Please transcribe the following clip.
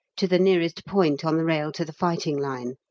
to the nearest point on the rail to the fighting line.